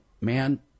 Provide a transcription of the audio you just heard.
man